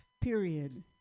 period